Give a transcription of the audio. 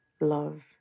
love